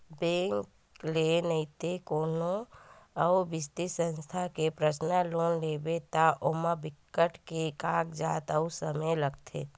bank ले नइते कोनो अउ बित्तीय संस्था ले पर्सनल लोन लेबे त ओमा बिकट के कागजात अउ समे लागथे